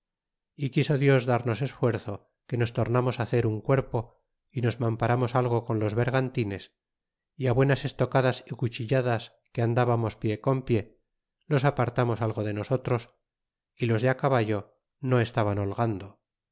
y quiso dios darnos esfuerzo que nos tornamos hacer un cuerpo y nos mamparamos algo con los bergantines y ti buenas estocadas y cuchilladas que andábamos pie con pie los apartamos algo de nosotros y los de ti caballo no estaban holgando